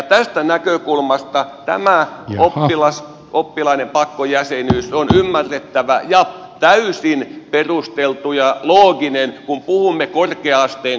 tästä näkökulmasta tämä oppilaiden pakkojäsenyys on ymmärrettävä ja täysin perusteltu ja looginen kun puhumme korkea asteen koulutuksesta